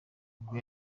ubwo